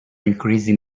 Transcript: increasing